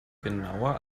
genauer